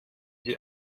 die